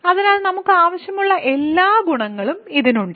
അതിനാൽ നമുക്ക് ആവശ്യമുള്ള എല്ലാ ഗുണങ്ങളും ഇതിന് ഉണ്ട്